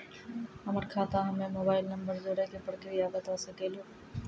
हमर खाता हम्मे मोबाइल नंबर जोड़े के प्रक्रिया बता सकें लू?